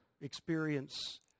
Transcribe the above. experience